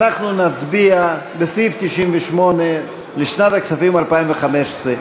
ואנחנו נצביע על סעיף 98 לשנת הכספים 2015,